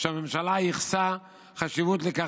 שהממשלה ייחסה חשיבות לכך,